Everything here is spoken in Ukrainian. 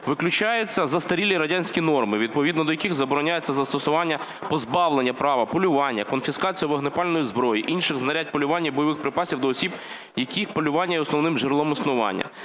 виключаються застарілі радянські норми, відповідно до яких забороняється застосування позбавлення права полювання, конфіскація вогнепальної зброї, інших знарядь полювання і бойових припасів до осіб, яких полювання є основним джерелом існування;